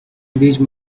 these